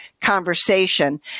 conversation